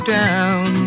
down